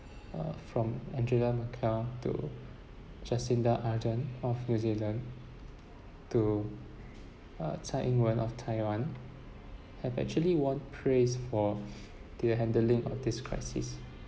uh from angela merkel to jacinda ardern of new zealand to uh chai ying wen of taiwan have actually won praise for their handling of this crisis